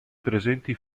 presenti